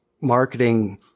marketing